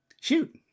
shoot